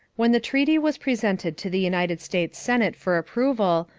when the treaty was presented to the united states senate for approval,